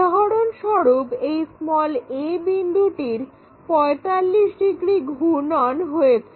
উদাহরণস্বরূপ এই a বিন্দুটির 45 ডিগ্রি ঘূর্ণন হয়েছে